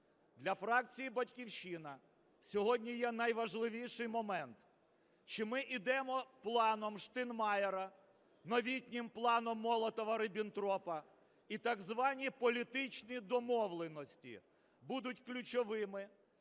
для фракції "Батьківщина" сьогодні є найважливіший момент: чи ми йдемо планом Штайнмайєра, новітнім планом Молотова-Ріббентропа, і так звані політичні домовленості будуть ключовими,